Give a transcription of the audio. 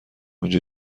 اینجا